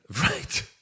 Right